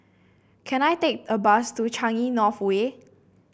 can I take a bus to Changi North Way